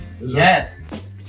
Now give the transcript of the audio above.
Yes